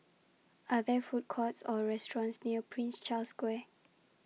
Are There Food Courts Or restaurants near Prince Charles Square